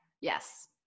Yes